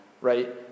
right